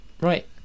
Right